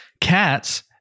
Cats